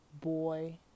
boy